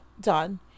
done